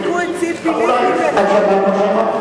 את ציפי לבני, את שמעת מה שאמרתי לך?